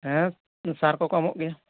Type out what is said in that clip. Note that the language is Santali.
ᱦᱮᱸ ᱥᱟᱨ ᱠᱚ ᱠᱚ ᱮᱢᱚᱜ ᱜᱮᱭᱟ